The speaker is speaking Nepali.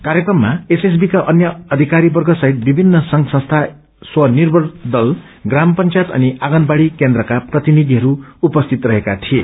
कार्यक्रममा एसएसबी का अन्य अधिकारीवर्ग सहित विभिन्न संघ संस्था स्व निर्भर दल प्राम पंचायत अनि आगनवाडी केन्द्र प्रतिनिधिहरू उपस्थित रहेका थिए